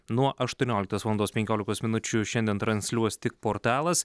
nuo aštuonioliktos valandos penkiolikos minučių šiandien transliuos tik portalas